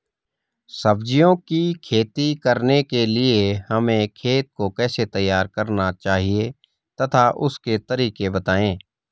सब्जियों की खेती करने के लिए हमें खेत को कैसे तैयार करना चाहिए तथा उसके तरीके बताएं?